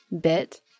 bit